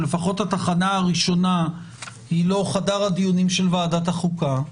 או לפחות התחנה הראשונה היא לא חדר הדיונים של ועדת החוקה,